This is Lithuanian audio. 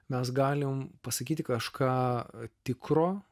mes galim pasakyti kažką tikro